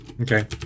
okay